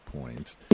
point